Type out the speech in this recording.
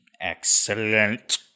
Excellent